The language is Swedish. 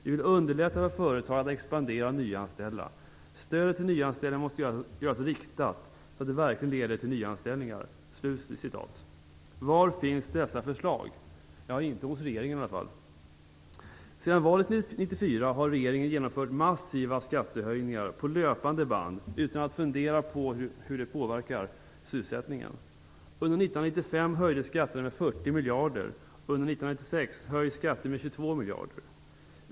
Vi vill underlätta för företag att expandera och nyanställa. Stödet till nyanställningar måste göras riktat, så att det verkligen leder till nyanställningar." Var finns dessa förslag? De finns i alla fall inte hos regeringen. Sedan valet 1994 har regeringen genomfört massiva skattehöjningar på löpande band utan att fundera på hur det påverkar sysselsättningen. Under 1995 höjdes skatterna med 40 miljarder, och under 1996 höjs skatter med 22 miljarder.